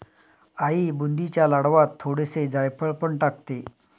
आई बुंदीच्या लाडवांत थोडेसे जायफळ पण टाकते